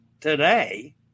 today